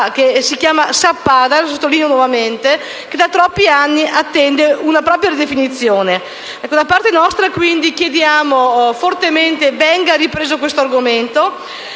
che si chiama Sappada - lo sottolineo nuovamente - che da troppi anni attende una propria ridefinizione. Da parte nostra chiediamo fortemente che venga ripreso questo argomento.